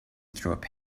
through